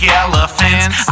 elephants